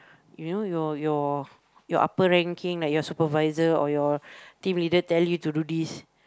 you know your your your upper ranking like your supervisor or your team leader tell you to do this